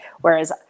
whereas